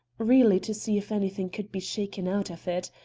really to see if anything could be shaken out of it.